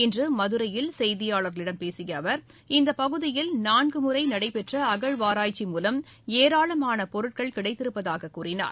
இன்று மதுரையில் செய்தியாளர்களிடம் பேசிய அவர் இந்த பகுதியில் நான்கு முறை நடைபெற்ற அகழ்வாராய்ச்சி மூலம் ஏராளமான பொருட்கள் கிடைத்திருப்பதாகக் கூறினார்